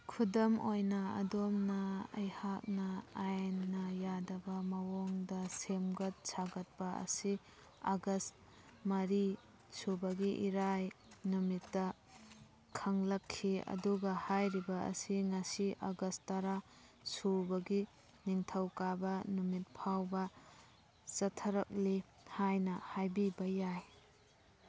ꯈꯨꯗꯝ ꯑꯣꯏꯅ ꯑꯗꯣꯝꯅ ꯑꯩꯍꯥꯛꯅ ꯑꯥꯏꯟꯅ ꯌꯥꯗꯕ ꯃꯑꯣꯡꯗ ꯁꯦꯝꯒꯠ ꯁꯥꯒꯠꯄ ꯑꯁꯤ ꯑꯥꯒꯁ ꯃꯔꯤ ꯁꯨꯕꯒꯤ ꯏꯔꯥꯏ ꯅꯨꯃꯤꯠꯇ ꯈꯪꯂꯛꯈꯤ ꯑꯗꯨꯒ ꯍꯥꯏꯔꯤꯕ ꯑꯁꯤ ꯉꯁꯤ ꯑꯥꯒꯁ ꯇꯔꯥ ꯁꯨꯕꯒꯤ ꯅꯤꯡꯊꯧꯀꯥꯕ ꯅꯨꯃꯤꯠ ꯐꯥꯎꯕ ꯆꯠꯊꯔꯛꯂꯤ ꯍꯥꯏꯅ ꯍꯥꯏꯕꯤꯕ ꯌꯥꯏ